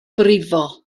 brifo